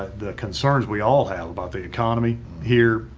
the concerns we all have about the economy here,